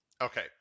Okay